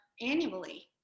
Annually